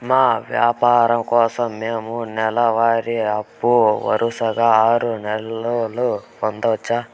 మా వ్యాపారం కోసం మేము నెల వారి అప్పు వరుసగా ఆరు నెలలు పొందొచ్చా?